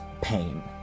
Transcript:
pain